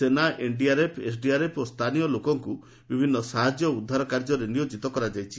ସେନା NDRF SDRF ଓ ସ୍ଥାନୀୟ ଲୋକମାନଙ୍କୁ ବିଭିନ୍ନ ସାହାଯ୍ୟ ଓ ଉଦ୍ଧାର କାର୍ଯ୍ୟରେ ନିୟୋଜିତ କରାଯାଇଛି